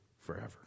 forever